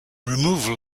removal